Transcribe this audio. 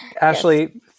Ashley